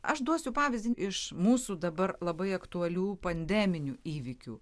aš duosiu pavyzdį iš mūsų dabar labai aktualių pandeminių įvykių